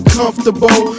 comfortable